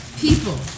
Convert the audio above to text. People